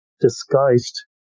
disguised